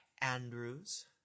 Andrews